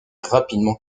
rapidement